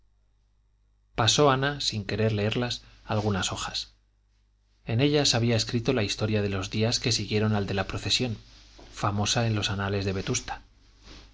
pasó ana sin querer leerlas algunas hojas en ellas había escrito la historia de los días que siguieron al de la procesión famosa en los anales de vetusta